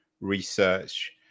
research